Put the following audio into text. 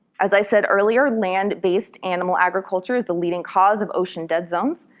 as i said earlier, land-based animal agriculture is the leading cause of ocean dead zones,